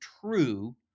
true